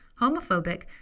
homophobic